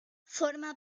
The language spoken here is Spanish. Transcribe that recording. forma